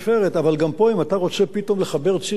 אם אתה רוצה פתאום לחבר צינור שקודם לא היה לך,